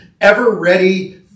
ever-ready